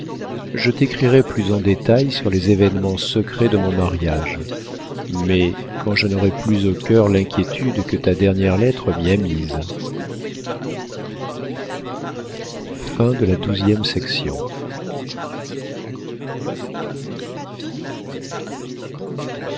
je t'écrirai plus en détail sur les événements secrets de mon mariage mais quand je n'aurai plus au cœur l'inquiétude que ta dernière lettre m'y a mise